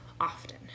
often